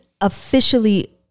officially